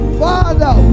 father